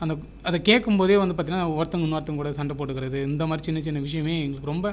அந்த அதை கேட்கும் போதே வந்து பார்த்தீங்கனா ஒருத்தவங்க இன்னொருத்தவங்க கூட சண்டை போட்டுக்குறது இந்த மாதிரி சின்ன சின்ன விஷயமே எங்களுக்கு ரொம்ப